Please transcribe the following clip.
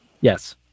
Yes